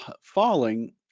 falling